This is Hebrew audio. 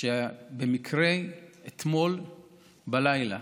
שבמקרה אתמול בלילה